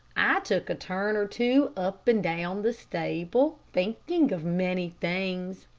i took a turn or two up and down the stable, thinking of many things.